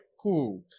cool